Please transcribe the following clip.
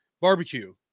barbecue